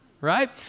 right